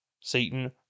Satan